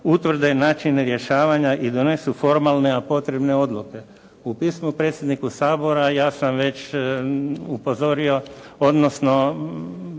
utvrde i načine rješavanja i donesu formalne potrebne odluke. U pismu predsjedniku Sabora ja sam već upozorio, odnosno